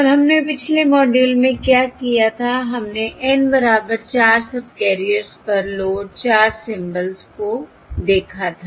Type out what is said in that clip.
और हमने पिछले मॉड्यूल में क्या किया था हमने N बराबर 4 सबकैरियर्स पर लोड 4 सिंबल्स को देखा था